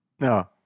No